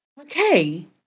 Okay